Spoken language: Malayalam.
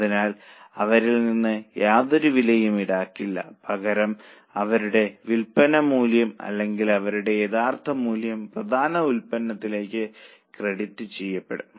അതിനാൽ അവരിൽ നിന്ന് യാതൊരു വിലയും ഈടാക്കില്ല പകരം അവരുടെ വിൽപ്പന മൂല്യം അല്ലെങ്കിൽ അവയുടെ യഥാർത്ഥ മൂല്യം പ്രധാന ഉൽപ്പന്നത്തിലേക്ക് ക്രെഡിറ്റ് ചെയ്യപ്പെടും